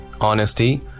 honesty